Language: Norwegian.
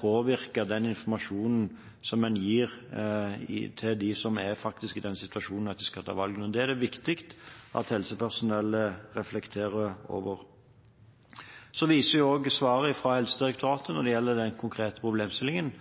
påvirke den informasjonen en gir til dem som faktisk er i den situasjonen at de skal ta valget. Det er det viktig at helsepersonellet reflekterer over. Når det gjelder den konkrete problemstillingen, viser svaret fra Helsedirektoratet at det